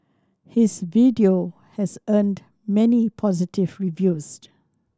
his video has earned many positive reviews